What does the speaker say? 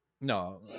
No